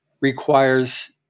requires